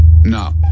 No